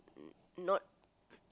not